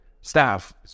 staff